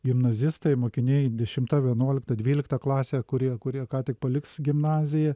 gimnazistai mokiniai dešimta vienuolikta dvylikta klasė kur jie kur jie ką tik paliks gimnaziją